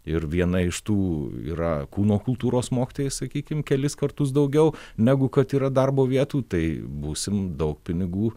ir viena iš tų yra kūno kultūros mokytojai sakykim kelis kartus daugiau negu kad yra darbo vietų tai būsim daug pinigų